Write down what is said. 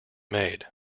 made